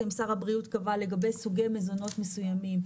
שר הבריאות קבע לגבי סוגי מזונות מסוימים,